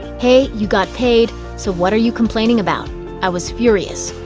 hey, you got paid, so what are you complaining about i was furious.